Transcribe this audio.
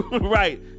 Right